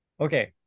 Okay